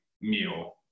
meal